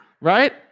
right